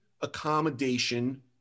accommodation